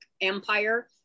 Empire